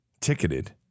ticketed